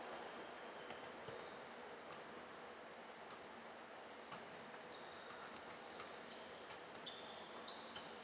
I